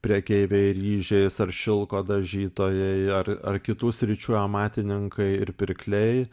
prekeiviai ryžiais šilko dažytojai ar ar kitų sričių amatininkai ir pirkliai